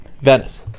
Venice